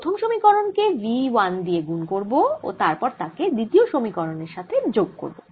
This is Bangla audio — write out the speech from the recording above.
আমরা প্রথম সমীকরণ কে v 1 দিয়ে গুন করব ও তারপর তাকে দ্বিতীয় সমীকরণের সাথে যোগ করব